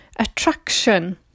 attraction